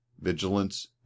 vigilance